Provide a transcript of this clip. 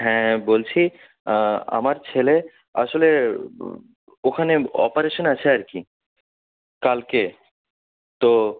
হ্যাঁ বলছি আমার ছেলে আসলে ওখানে অপারেশান আছে আর কি কালকে তো